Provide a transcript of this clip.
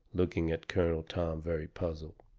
looking at colonel tom very puzzled,